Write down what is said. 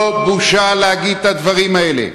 לא בושה להגיד את הדברים האלה: